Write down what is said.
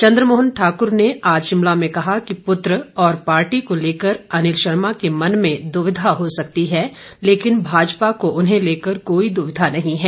चंद्र मोहन ठाक्र ने आज शिमला में कहा कि पुत्र और पार्टी को उन्हें लेकर अनिल शर्मा के मन में द्विधा हो सकती है लेकिन भाजपा को लेकर कोई द्विधा नहीं हैं